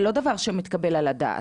זה לא דבר שמתקבל על הדעת,